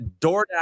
DoorDash